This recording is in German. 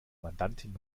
mandantin